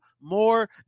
more